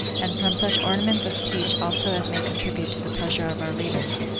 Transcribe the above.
and from such ornaments of speech also as may contribute to the pleasure of our readers,